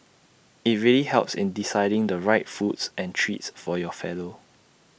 IT really helps in deciding the right foods and treats for your fellow